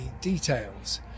details